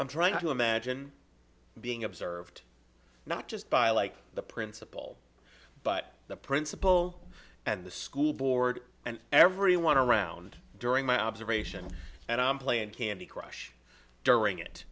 i'm trying to imagine being observed not just by like the principal but the principal and the school board and everyone around during my observation and i'm playing candy crush during it